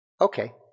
Okay